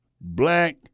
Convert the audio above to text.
Black